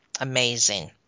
Amazing